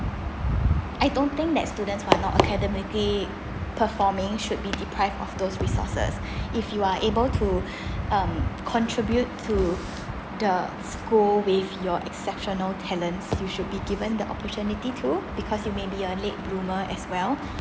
I don't think that students who are not academically performing should be deprived of those resources if you are able to um contribute to the school with your exceptional talents you should be given the opportunity to because you may be a late bloomer as well